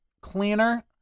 cleaner